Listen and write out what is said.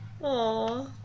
Aw